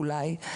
אולי.